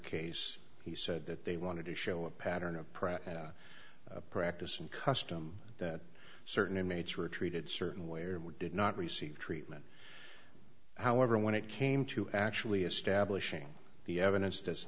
case he said that they wanted to show a pattern of press practice and custom that certain inmates were treated certain way or did not receive treatment however when it came to actually establishing the evidence that's